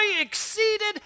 exceeded